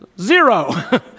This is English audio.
Zero